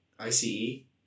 I-C-E